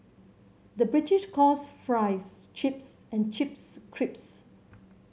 the British calls fries chips and chips crisps